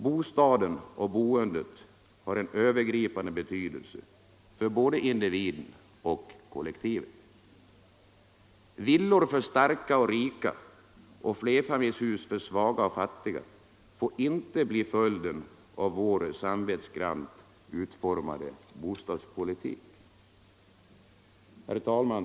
Bostaden och boendet har en övergripande betydelse för både individen och kollektivet. Villor för starka och rika och flerfamiljshus för svaga och fattiga får inte bli följden av vår samvetsgrant utformade bostadspolitik. Herr talman!